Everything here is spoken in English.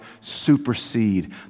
supersede